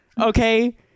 okay